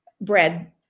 bread